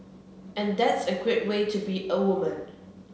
and that's a great way to be a woman